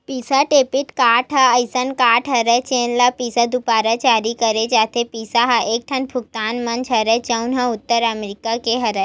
बिसा debit card ह असइन कारड हरय जेन ल बिसा दुवारा जारी करे जाथे, बिसा ह एकठन भुगतान मंच हरय जउन ह उत्तर अमरिका के हरय